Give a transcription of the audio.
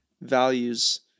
values